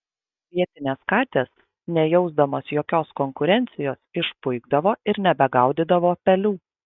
vietinės katės nejausdamos jokios konkurencijos išpuikdavo ir nebegaudydavo pelių